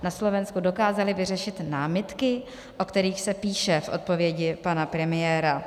Na Slovensku dokázali vyřešit námitky, o kterých se píše v odpovědi pana premiéra.